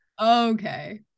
okay